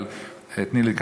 אבל תני לי,